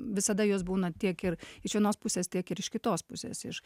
visada jos būna tiek ir iš vienos pusės tiek ir iš kitos pusės iš